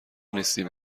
نیستیم